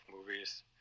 movies